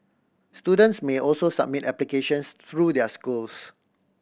students may also submit applications through their schools